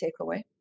takeaway